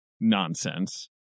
nonsense